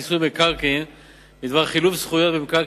הצעת חוק מיסוי מקרקעין (שבח ורכישה)